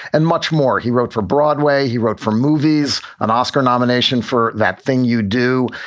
and much more, he wrote for broadway. he wrote for movies, an oscar nomination for that thing you do.